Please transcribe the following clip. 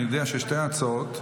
שתי ההצעות,